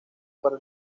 para